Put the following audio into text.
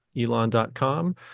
elon.com